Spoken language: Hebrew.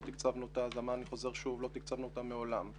תקצבנו אותה אני חוזר שוב ואומר שלא תקצבנו אותה מעולם.